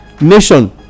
nation